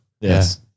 Yes